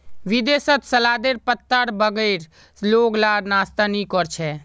विदेशत सलादेर पत्तार बगैर लोग लार नाश्ता नि कोर छे